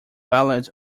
valid